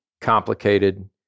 complicated